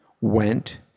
went